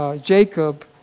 Jacob